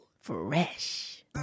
Fresh